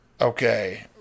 Okay